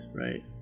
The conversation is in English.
right